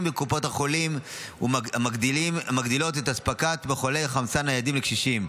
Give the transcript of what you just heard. בקופות חולים המגדילות את אספקת מחוללי החמצן הניידים לקשישים.